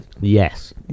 Yes